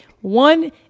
one